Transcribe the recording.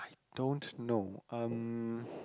I don't know um